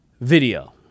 video